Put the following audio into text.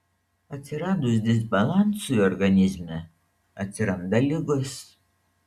atsiradus disbalansui organizme atsiranda ligos